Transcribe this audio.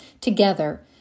together